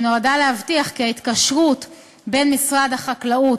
שנועדה להבטיח כי ההתקשרות בין משרד החקלאות